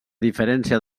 diferència